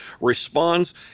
responds